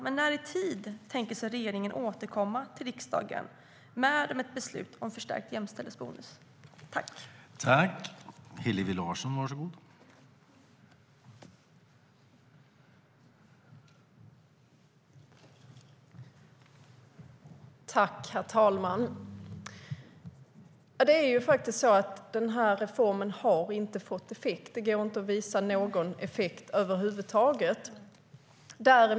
Men när i tid tänker regeringen återkomma till riksdagen med ett förslag om en förstärkt jämställdhetsbonus?